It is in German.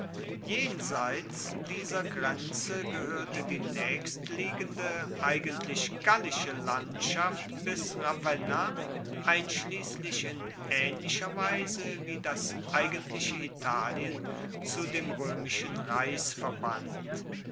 jenseits dieser grenze gehoerte die naechstliegende eigentlich gallische landschaft bis ravenna einschliesslich in aehnlicher weise wie das eigentliche italien zu dem roemischen reichsverband